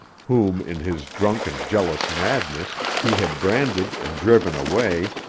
whom, in his drunken, jealous madness, he had branded and driven away,